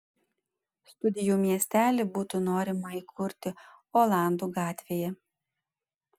studijų miestelį būtų norima įkurti olandų gatvėje